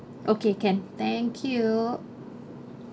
okay can thank you